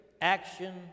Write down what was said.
action